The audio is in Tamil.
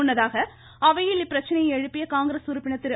முன்னதாக அவையில் இப்பிரச்சனையை எழுப்பிய காங்கிரஸ் உறுப்பினர் திரு